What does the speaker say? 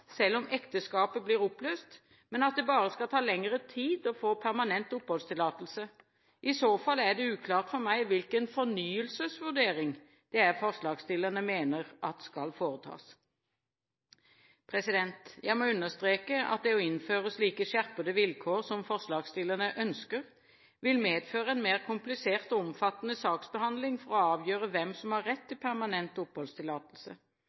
selv om ekteskapet blir oppløst, men at det bare skal ta lengre tid å få permanent oppholdstillatelse. I så fall er det uklart for meg hvilken fornyelsesvurdering forslagsstillerne mener skal foretas. Jeg må understreke at det å innføre slike skjerpede vilkår som forslagsstillerne ønsker, vil medføre en mer komplisert og omfattende saksbehandling for å avgjøre hvem som har rett til permanent oppholdstillatelse.